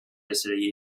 yesterday